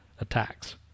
attacks